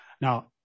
now